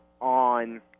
on